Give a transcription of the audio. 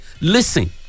listen